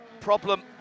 problem